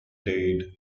dade